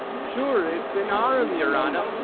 sure, it's an arm, yer honour.